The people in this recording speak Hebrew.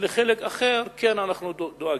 ולחלק אחר כן אנחנו דואגים.